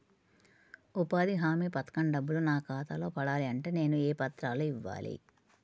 ఉపాధి హామీ పథకం డబ్బులు నా ఖాతాలో పడాలి అంటే నేను ఏ పత్రాలు ఇవ్వాలి?